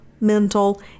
mental